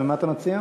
מה אתה מציע?